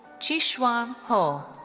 qixuan hou,